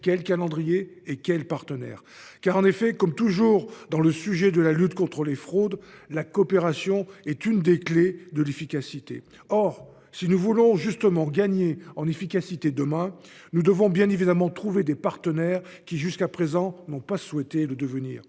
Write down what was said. quel calendrier et avec quels partenaires ? Car, comme toujours dès qu'il s'agit de lutter contre les fraudes, la coopération est une des clés de l'efficacité ! Or, si nous voulons justement gagner en efficacité demain, nous devons bien évidemment trouver des partenaires, qui, jusqu'à présent, n'ont pas souhaité le devenir.